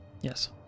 Yes